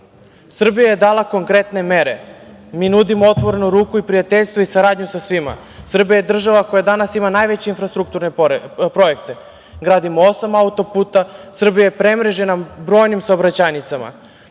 je dala konkretne mere. Mi nudimo otvorenu ruku, prijateljstvo i saradnju sa svima. Srbija je država koja danas ima najveće infrastrukturne projekte. Gradimo osam autoputeva, Srbija je premrežena brojnim saobraćajnicama. Srbija